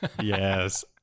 Yes